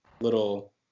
little